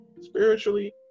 spiritually